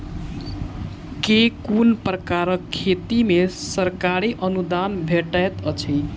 केँ कुन प्रकारक खेती मे सरकारी अनुदान भेटैत अछि?